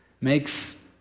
makes